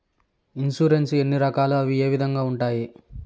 insurance ఎన్ని రకాలు అవి ఏ విధంగా ఉండాయి